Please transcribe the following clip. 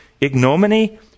ignominy